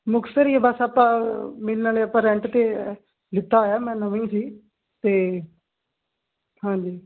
ਮੁਕਤਸਰ ਹੀ ਬਸ ਆਪਾਂ ਮਿਲ ਨਾਲੇ ਆਪਾਂ ਰੈਂਟ 'ਤੇ ਲਿੱਤਾ ਹੋਇਆ ਮੈਂ ਨਵਾਂ ਹੀ ਸੀ ਅਤੇ ਹਾਂਜੀ